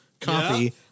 copy